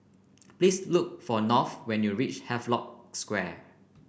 please look for North when you reach Havelock Square